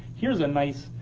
here's a nice,